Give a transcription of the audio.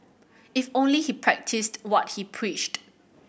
if only he practised what he preached